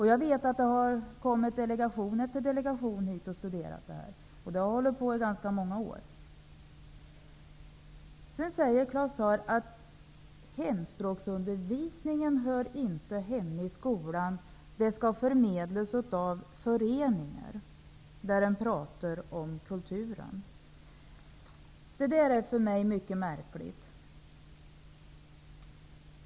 Jag vet att det har kommit delegation efter delegation hit och studerat det här. Det har pågått i ganska många år. Sedan säger Claus Zaar att hemspråksundervisningen inte hör hemma i skolan utan att den skall förmedlas av föreningar, där de pratar om kulturen. Det där är för mig mycket märkligt.